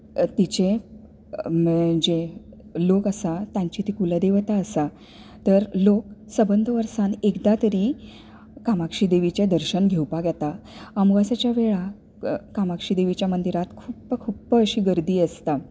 तिचे जे लोक आसात तांची ती कुलदेवता आसा तर लोक संबद वर्सांत एकदां तरी कामाक्षी देवीचें दर्शन घेवपाक येतां अमावसेच्या वेळार कामाक्षी देवीच्या मंदिरांत खूब खूब अशीं गर्दी आसता